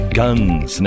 guns